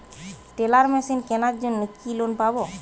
Teller machine কেনার জন্য কি লোন পাব?